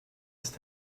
ist